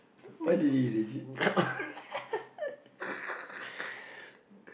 to think of